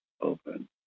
open